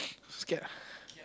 scared ah